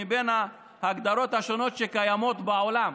מבין ההגדרות השונות שקיימות בעולם.